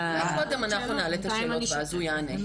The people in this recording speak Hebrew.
אולי קודם כל אנחנו נעלה את השאלות ואז הוא יענה?